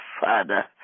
Father